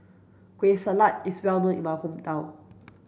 kueh salat is well known in my hometown